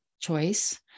choice